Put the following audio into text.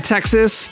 Texas